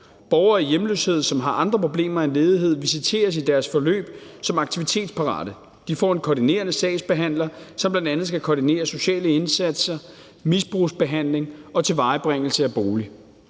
Borgere i hjemløshed, som har andre problemer end ledighed, visiteres i deres forløb som aktivitetsparate. De får en koordinerende sagsbehandler, som bl.a skal koordinere sociale indsatser, misbrugsbehandling og tilvejebringelse af bolig.